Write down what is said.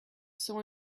saw